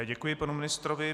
Děkuji panu ministrovi.